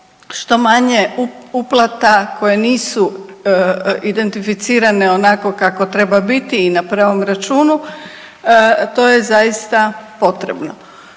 što manje uplata koje nisu identificirane onako kako treba biti i na pravom računu. To je zaista potrebno.